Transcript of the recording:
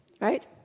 right